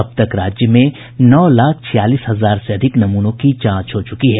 अब तक राज्य में नौ लाख छियालीस हजार दो सौ अठहत्तर नमूनों की जांच हो चुकी है